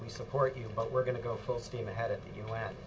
support you, but we're going to go full-steam ahead at the u n.